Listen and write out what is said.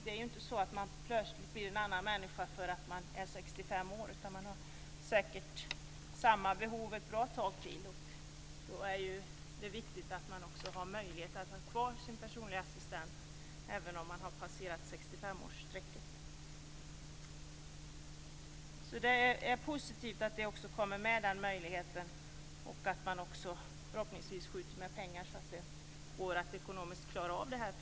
Man blir inte plötsligt en annan människa när man fyller 65 år utan har säkert ett bra tag till samma behov. Det är viktigt att man har möjlighet att behålla sin personliga assistent även sedan man har passerat 65-årsstrecket. Det är positivt att den möjligheten kommer med och att man förhoppningsvis skjuter till pengar för att ekonomiskt klara det här.